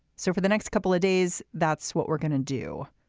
so for the next couple of days that's what we're going to do.